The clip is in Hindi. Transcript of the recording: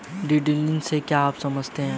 डिडक्टिबल से आप क्या समझते हैं?